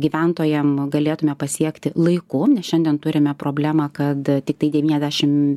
gyventojam galėtume pasiekti laiku nes šiandien turime problemą kad tiktai devyniasdešim